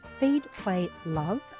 feedplaylove